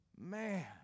Man